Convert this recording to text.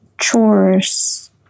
chores